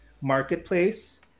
marketplace